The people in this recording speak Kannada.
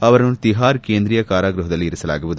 ಅವರನ್ನು ತಿಹಾರ್ ಕೇಂದ್ರೀಯ ಕಾರಾಗೃಹದಲ್ಲಿ ಇರಿಸಲಾಗುವುದು